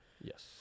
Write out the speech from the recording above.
Yes